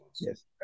yes